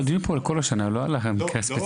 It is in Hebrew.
אבל הדיון פה על כל השנה, לא על המקרה הספציפי.